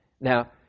Now